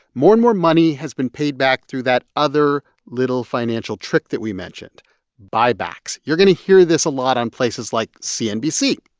more and more money has been paid back through that other little financial trick that we mentioned buybacks. you're going to hear this a lot on places like cnbc,